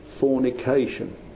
fornication